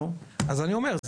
אז אני אומר,